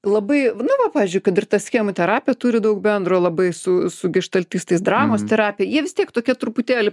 labai vna na pavyzdžiui kad ir tas chemoterapija turi daug bendro labai su su geštaltistais dramos terapija jie vis tiek tokia truputėlį